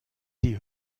die